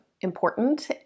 important